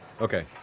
Okay